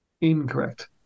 incorrect